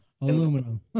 aluminum